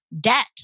debt